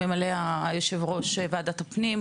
מ"מ יו"ר ועדת הפנים,